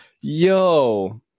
Yo